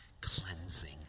cleansing